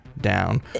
down